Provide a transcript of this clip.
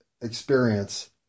experience